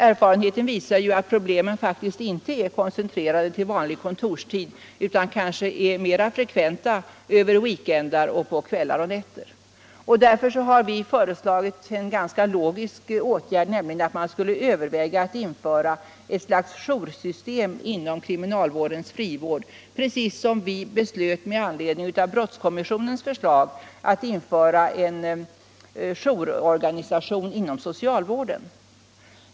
Erfarenheterna visar att problemen inte är koncentrerade till vanlig kontorstid utan kanske är ännu mer frekventa över veckoslut och nätter. Därför har vi föreslagit en ganska logisk åtgärd, nämligen att överväga ett införande av ett slags joursystem inom kriminalvårdens frivård, precis som vi med anledning av brottskommissionens förslag beslöt att införa en jourorganisation inom socialvården.